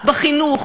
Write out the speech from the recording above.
בחינוך,